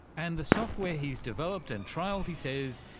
and the software he's developed and trialled, he says,